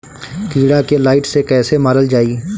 कीड़ा के लाइट से कैसे मारल जाई?